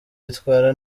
yitwara